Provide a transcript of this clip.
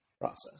process